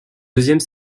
deuxième